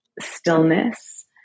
stillness